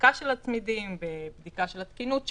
באספקה של הצמידים, בבדיקה של התקינות שלהם,